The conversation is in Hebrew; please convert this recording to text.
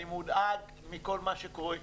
אני מודאג מכל מה שקורה.